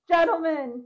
Gentlemen